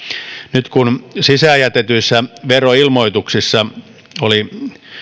nyt kun sisään jätetyissä veroilmoituksissa oli